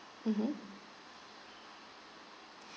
mmhmm